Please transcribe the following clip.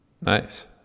Nice